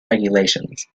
regulations